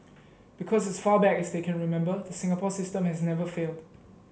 because as far back as they can remember the Singapore system has never failed